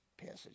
passage